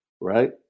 right